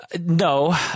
No